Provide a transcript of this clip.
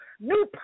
New